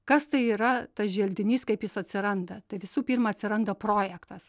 kas tai yra tas želdinys kaip jis atsiranda tai visų pirma atsiranda projektas